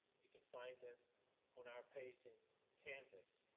you can find them on our page in canvas,